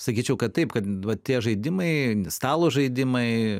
sakyčiau kad taip kad va tie žaidimai stalo žaidimai